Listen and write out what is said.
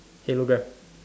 hologram